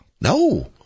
No